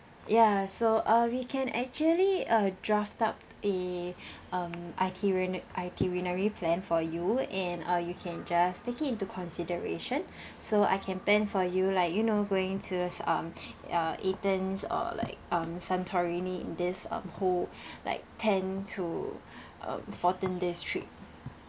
ya so uh we can actually uh draft up a um itinera~ itinerary plan for you and uh you can just taking into consideration so I can plan for you like you know going to like um uh athens or like um santorini in this um whole like ten to um fourteen days trip